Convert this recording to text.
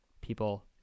people